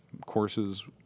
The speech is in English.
courses